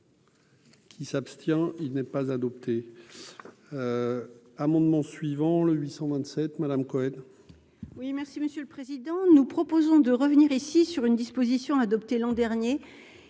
Qui s'abstient, il n'est pas adopté. Amendement suivant le 827 Madame Cohen.